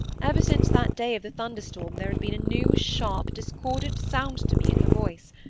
ever since that day of the thunderstorm there had been a new, sharp, discordant sound to me in her voice,